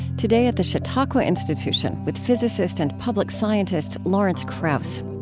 today at the chautauqua institution with physicist and public scientist lawrence krauss.